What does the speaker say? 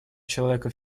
человека